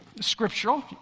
scriptural